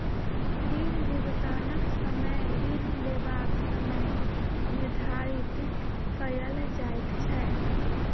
ऋण भुगतानक समय ऋण लेबाक समय निर्धारित कयल जाइत छै